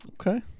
Okay